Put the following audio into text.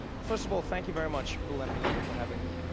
first of all, thank you very much, bill and melinda for having me.